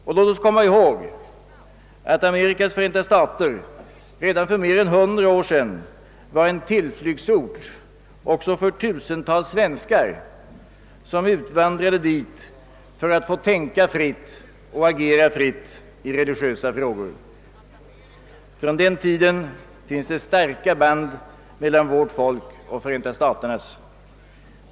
Och låt oss komma ihåg att Amerikas förenta stater redan för mer än hundra år sedan var en tillflyktsort också för tusentals svenskar, som utvandrade dit för att få tänka fritt och agera fritt i religiösa frågor. Från den tiden finns starka band mellan vårt folk och Förenta staternas.